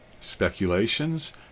speculations